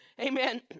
Amen